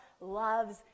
loves